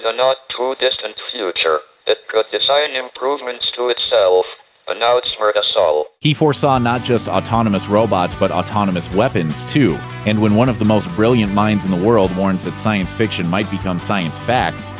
ah not too distant future. it could design improvements to itself and outsmart us all he foresaw not just autonomous robots but autonomous weapons, too, and when one of the most brilliant minds in the world warns that science fiction might become science fact,